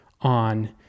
on